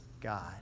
God